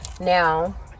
Now